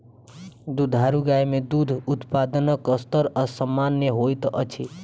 दुधारू गाय मे दूध उत्पादनक स्तर असामन्य होइत अछि